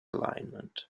alignment